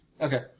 Okay